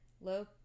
Low